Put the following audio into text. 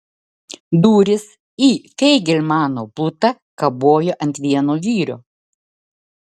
durys į feigelmano butą kabojo ant vieno vyrio